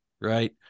right